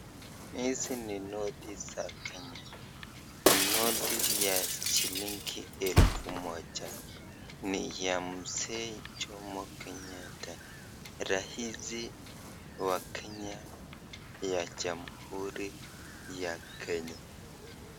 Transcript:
Hizi ni noti za Kenya, ni noti ya shilingi elfu moja, ni ya mzee jomo Kenyatta rais wa Kenya ya jamhuri ya Kenya.